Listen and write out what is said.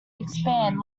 expand